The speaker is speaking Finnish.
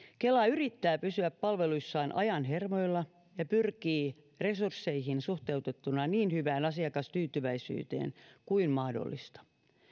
kela yrittää pysyä palveluissaan ajan hermoilla ja pyrkii resursseihin suhteutettuna niin hyvään asiakastyytyväisyyteen kuin mahdollista